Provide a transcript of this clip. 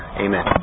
amen